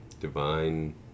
divine